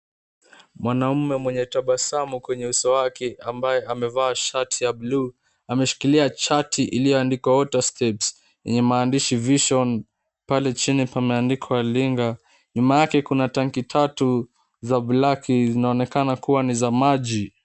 Mwanaume mwenye tabasamu kwa uso wake ambaye amevaa shati ya buluu, ameshikilia chati iliyoandikwa, Water Step, yenye maandishi, Vision. Pale chini pameandikwa linga. Nyuma yake kuna tanki tatu za blak zinaonekana kuwa ni za maji.